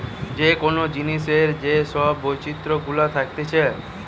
যে কোন জিনিসের যে সব বৈচিত্র গুলা থাকতিছে